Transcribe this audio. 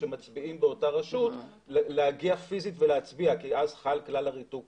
שמצביעים באותה רשות להגיע פיזית להצביע כי אז חל כלל הריתוק